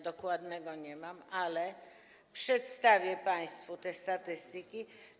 Dokładnego nie mam, ale przedstawię państwu te statystyki.